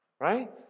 right